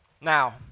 Now